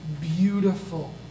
beautiful